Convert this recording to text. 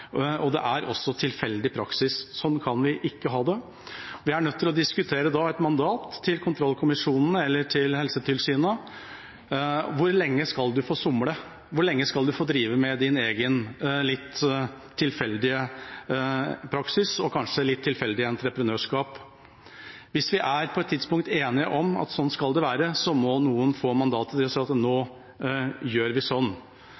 Det er også tilfeldig praksis. Sånn kan vi ikke ha det. Vi er da nødt til å diskutere et mandat til kontrollkommisjonene eller til Helsetilsynet. Hvor lenge skal man få somle? Hvor lenge skal man få drive med ens egen litt tilfeldige praksis, og kanskje litt tilfeldig entreprenørskap? Hvis vi på et tidspunkt er enige om at det skal være sånn, må noen få mandatet til å si at nå gjør vi sånn.